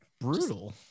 brutal